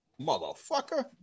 Motherfucker